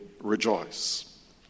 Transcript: rejoice